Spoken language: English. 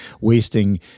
wasting